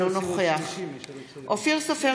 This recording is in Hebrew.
אינו נוכח אופיר סופר,